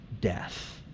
death